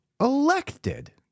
elected